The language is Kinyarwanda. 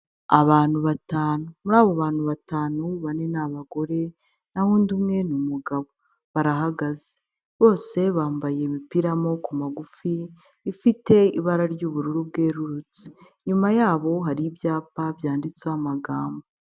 Abantu batanu, muri abo bantu batanu bane ni abagore, na ho undi umwe ni umugabo, barahagaze. Bose bambaye imipira y'amaboko magufi, ifite ibara ry'ubururu bwerurutse, inyuma yabo hari ibyapa byanditseho amagambo.